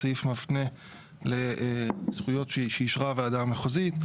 הסעיף מפנה לזכויות שאישרה, הוועדה המחוזית.